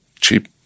cheap